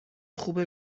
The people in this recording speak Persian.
خوبه